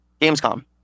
Gamescom